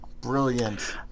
Brilliant